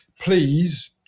please